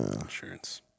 insurance